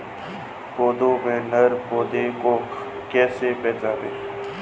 पौधों में नर पौधे को कैसे पहचानें?